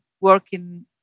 working